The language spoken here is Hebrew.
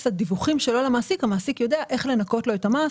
הדיווחים שלו למעסיק המעסיק יודע איך לנכות לו את המס,